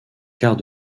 quart